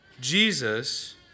Jesus